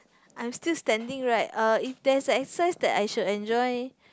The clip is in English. I'm still standing right uh if there's a exercise that I should enjoy